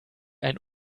ein